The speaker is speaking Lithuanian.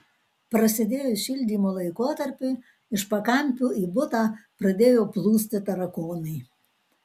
prasidėjus šildymo laikotarpiui iš pakampių į butą pradėjo plūsti tarakonai